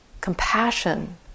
compassion